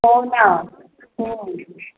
हो ना हो